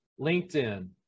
LinkedIn